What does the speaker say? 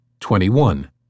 Twenty-one